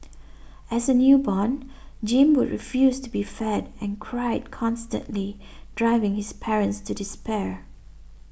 as a newborn Jim would refuse to be fed and cried constantly driving his parents to despair